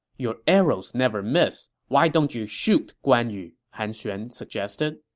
your arrows never miss. why don't you shoot guan yu? han xuan suggested